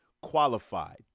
qualified